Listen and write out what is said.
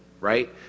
right